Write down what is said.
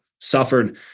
suffered